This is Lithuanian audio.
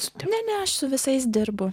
stumia ne aš su visais dirbu